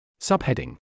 Subheading